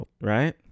right